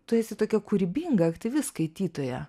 tu esi tokia kūrybinga aktyvi skaitytoja